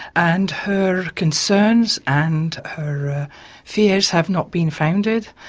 and her concerns and her fears have not been founded,